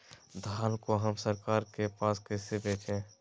धान को हम सरकार के पास कैसे बेंचे?